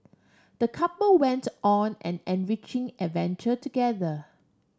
the couple went on an enriching adventure together